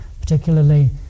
particularly